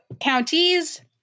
counties